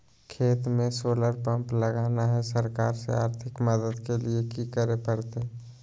खेत में solar pump लगाना है, सरकार से आर्थिक मदद के लिए की करे परतय?